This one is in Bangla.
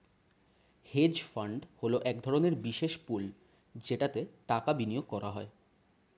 হেজ ফান্ড হলো এক ধরনের বিশেষ পুল যেটাতে টাকা বিনিয়োগ করা হয়